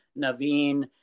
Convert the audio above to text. Naveen